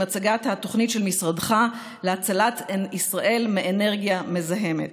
עם הצגת התוכנית של משרדך להצלת ישראל מאנרגיה מזהמת.